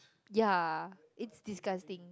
ya it's disgusting